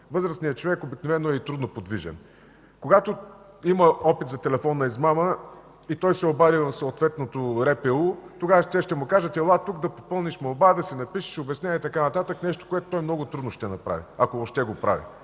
Възрастният човек обикновено е и трудно подвижен. Когато има опит за телефонна измама и той се обади в съответното РПУ, оттам ще му кажат: „Ела тук да попълниш молба, да напишеш обяснение” и така нататък – нещо, което той много трудно ще направи, ако въобще го прави,